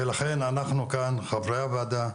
ולכן אנחנו כאן, חברי הוועדה,